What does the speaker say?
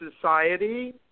society